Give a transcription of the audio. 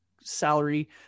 salary